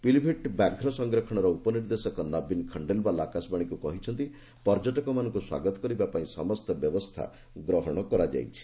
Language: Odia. ପିଲିଭିଟ୍ ବ୍ୟାଘ୍ର ସଂରକ୍ଷଣର ଉପନିର୍ଦ୍ଦେଶକ ନବୀନ ଖଣ୍ଡେଲେୱାଲ ଆକାଶବାଣୀକୁ କହିଛନ୍ତି ପର୍ଯ୍ୟଟକମାନଙ୍କୁ ସ୍ୱାଗତ କରିବାପାଇଁ ସମସ୍ତ ବ୍ୟବସ୍ଥା ଗ୍ରହଣ କରାଯାଇଛି